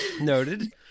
Noted